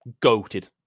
Goated